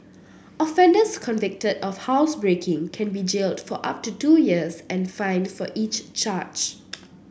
offenders convicted of housebreaking can be jailed for up to two years and fined for each charge